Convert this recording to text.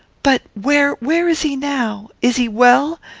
but where, where is he now? is he well?